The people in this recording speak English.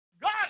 God